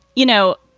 you know,